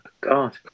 God